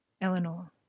Eleanor